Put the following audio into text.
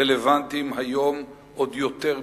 רלוונטיים היום עוד יותר מתמיד.